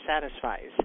satisfies